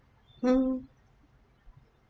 mm